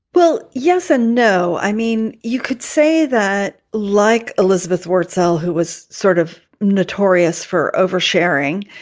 well, yes and no. i mean, you could say that like elizabeth wurtzel, who was sort of notorious for oversharing.